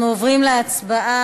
אנחנו עוברים להצבעה